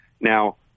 Now